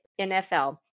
nfl